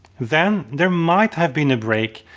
then there might have been a break,